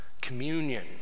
Communion